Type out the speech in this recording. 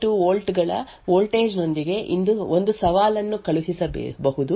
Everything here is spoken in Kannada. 08 ವೋಲ್ಟ್ ಗಳ ವೋಲ್ಟೇಜ್ ಹೊಂದಿರುವ ಅದೇ ಸಾಧನಕ್ಕೆ ನಾವು ವಿಭಿನ್ನ ಅಂಶಗಳನ್ನು ಹೊಂದಬಹುದು